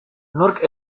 nork